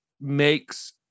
makes